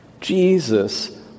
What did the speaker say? Jesus